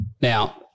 Now